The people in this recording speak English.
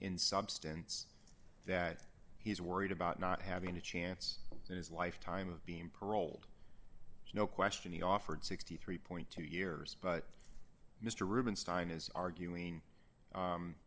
in substance that he's worried about not having a chance in his lifetime of being paroled is no question he offered sixty three point two years but mr rubenstein is arguing